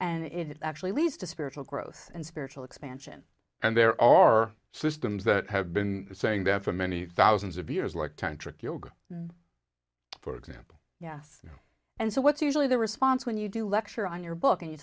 and it actually leads to spiritual growth and spiritual expansion and there are systems that have been saying that for many thousands of years like tantric yoga for example yes and so what's usually the response when you do lecture on your book and you